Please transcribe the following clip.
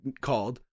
called